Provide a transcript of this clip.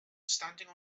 standing